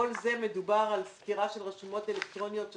מדובר על סקירה של רשומות אלקטרוניות של